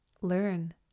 learn